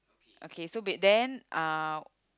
okay so back then uh